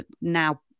now